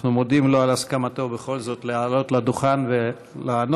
אנחנו מודים לו על הסכמתו בכל זאת לעלות לדוכן ולענות.